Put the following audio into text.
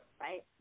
Right